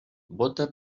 vota